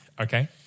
Okay